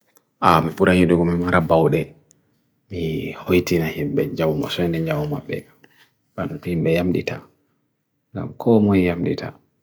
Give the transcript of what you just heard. Mi sodan nyamdu ha babal be sorata nyamdu ngam tomi vi mi defan wakkati he'ata am.